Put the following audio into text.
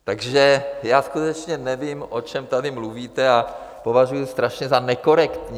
Takže já skutečně nevím, o čem tady mluvíte, a považuji strašně za nekorektní.